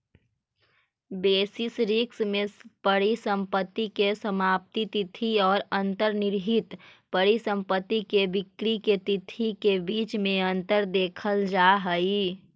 basis risk में परिसंपत्ति के समाप्ति तिथि औ अंतर्निहित परिसंपत्ति के बिक्री के तिथि के बीच में अंतर देखल जा हई